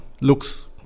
looks